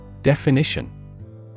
Definition